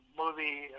movie